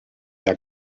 der